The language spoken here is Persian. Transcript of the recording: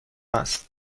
است